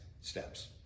steps